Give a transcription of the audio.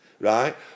right